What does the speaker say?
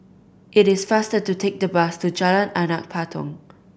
it is faster to take the bus to Jalan Anak Patong